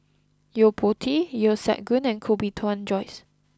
Yo Po Tee Yeo Siak Goon and Koh Bee Tuan Joyce